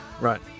Right